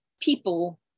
people